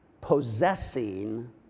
possessing